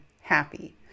happy